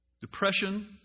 Depression